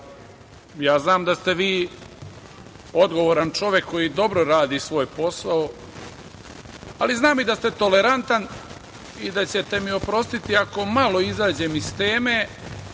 ja znam da ste vi odgovoran čovek koji dobro radi svoj posao, ali znam i da ste tolerantni i da ćete mi oprostiti ako malo izađem iz teme,